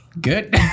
good